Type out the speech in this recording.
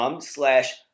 slash